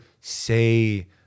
say